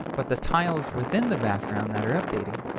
but the tiles within the background that are updating!